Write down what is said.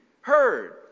heard